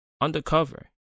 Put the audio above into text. undercover